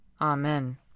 Amen